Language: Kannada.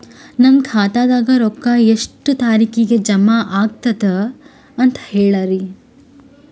ನನ್ನ ಖಾತಾದಾಗ ರೊಕ್ಕ ಎಷ್ಟ ತಾರೀಖಿಗೆ ಜಮಾ ಆಗತದ ದ ಅಂತ ಹೇಳರಿ?